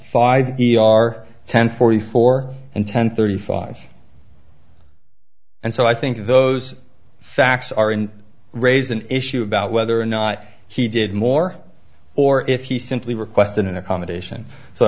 five d r ten forty four and ten thirty five and so i think those facts are and raise an issue about whether or not he did more or if he simply requested an accommodation so i